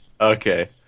Okay